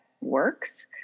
works